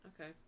Okay